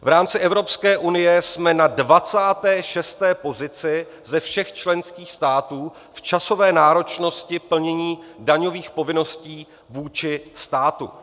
V rámci Evropské unie jsme na 26. pozici ze všech členských států v časové náročnosti plnění daňových povinností vůči státu.